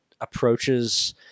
approaches